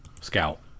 Scout